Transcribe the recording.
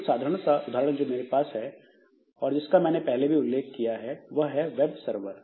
क साधारण सा उदाहरण जो मेरे पास है और जिसका मैंने पहले भी उल्लेख किया है वह है वेब सर्वर